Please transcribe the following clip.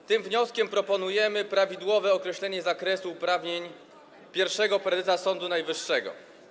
W tym wniosku proponujemy prawidłowe określenie zakresu uprawnień pierwszego prezesa Sądu Najwyższego.